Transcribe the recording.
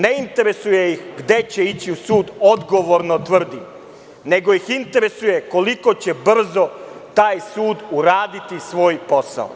Ne interesuje ih gde će ići u sud, odgovorno tvrdim, nego ih interesuje koliko će brzo taj sud uraditi svoj posao.